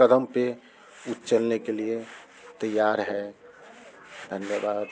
क़दम पर वो चलने के लिए तैयार है धन्यवाद